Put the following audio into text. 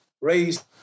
raised